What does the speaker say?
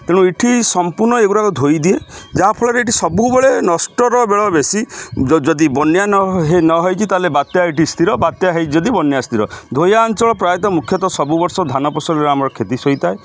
ତେଣୁ ଏଠି ସମ୍ପୂର୍ଣ୍ଣ ଏଗୁଡ଼ାକ ଧୋଇଦିଏ ଯାହାଫଳରେ ଏଠି ସବୁବେଳେ ନଷ୍ଟର ବେଳ ବେଶୀ ଯଦି ବନ୍ୟା ନ ହୋଇ ନ ହୋଇଛି ତା'ହେଲେ ବାତ୍ୟା ଏଠି ସ୍ଥିର ବାତ୍ୟା ହୋଇଛି ଯଦି ବନ୍ୟା ସ୍ଥିର ଧୋଇଆ ଅଞ୍ଚଳ ପ୍ରାୟତଃ ମୁଖ୍ୟତଃ ସବୁ ବର୍ଷ ଧାନ ଫସଲରେ ଆମର କ୍ଷତି ସହିଥାଏ